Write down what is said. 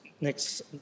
next